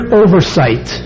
oversight